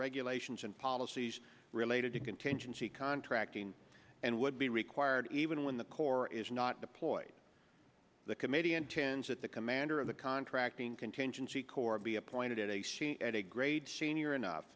regulations and policies related to contingency contracting and would be required even when the corps is not deployed the committee intends that the commander of the contracting contingency corps be appointed a c f a grade senior enough